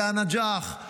בא-נג'אח,